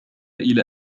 إلى